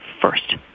first